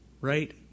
Right